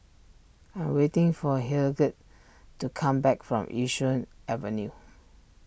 I'm waiting for Hildegard to come back from Yishun Avenue